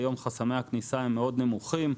היום חסמי הכניסה נמוכים מאוד,